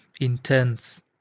intense